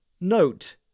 Note